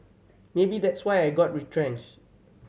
maybe that's why I got retrench